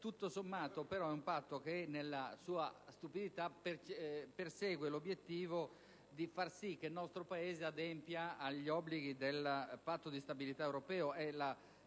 Tutto sommato, però, nella sua stupidità, tale Patto persegue l'obiettivo di far sì che il nostro Paese adempia agli obblighi del Patto di stabilità europeo